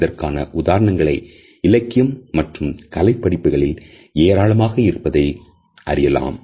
இதற்கான உதாரணங்களை இலக்கியம் மற்றும் கலைப் படைப்புகளில் ஏராளமாக இருப்பதை அறியலாம்